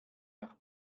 nach